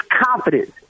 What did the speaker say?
confidence